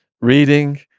reading